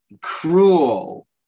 cruel